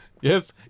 Yes